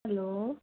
hello